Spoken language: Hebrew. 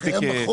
זה קיים בחוק.